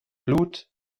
blut